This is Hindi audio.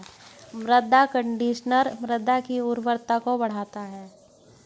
मृदा कंडीशनर मृदा की उर्वरता को बढ़ाता है